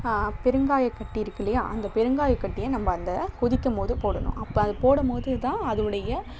பெருங்காயக் கட்டி இருக்குல்லையா அந்த பெருங்காயக்கட்டியை நம்ப அந்த கொதிக்கும்போது போடணும் அப்போ அது போடும்போது தான் அதனுடைய